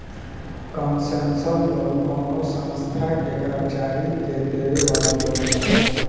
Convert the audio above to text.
concessional loan कवनो संस्था के कर्मचारी के देवे वाला लोन ह